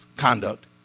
Conduct